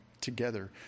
together